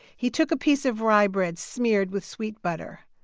he took a piece of rye bread smeared with sweet butter.